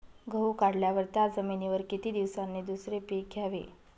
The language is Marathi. गहू काढल्यावर त्या जमिनीवर किती दिवसांनी दुसरे पीक घ्यावे?